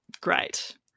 great